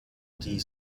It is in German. die